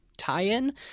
tie-in